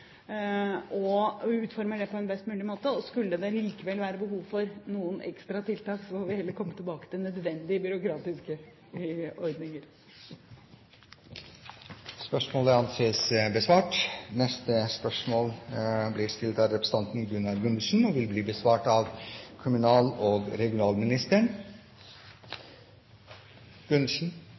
og utformer det på en best mulig måte. Skulle det likevel være behov for noen ekstra tiltak, får vi heller komme tilbake til nødvendige byråkratiske ordninger. Nå var jo temaet unødig byråkrati, så da kan det være greit å rette spørsmål til kommunal- og regionalministeren: